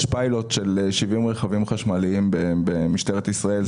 יש פיילוט של 70 רכבים חשמליים במשטרת ישראל.